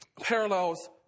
parallels